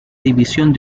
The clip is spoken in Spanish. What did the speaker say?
división